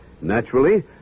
Naturally